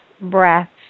breaths